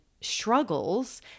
struggles